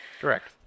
Correct